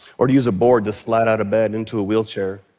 or to use a board to slide out of bed into a wheelchair,